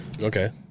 Okay